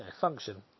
function